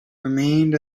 remained